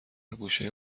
گوشه